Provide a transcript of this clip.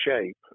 shape